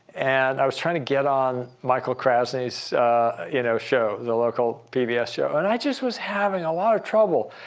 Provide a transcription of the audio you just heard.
and i was trying to get on michael krasny's you know show, the local pbs yeah show. and i just was having a lot of trouble.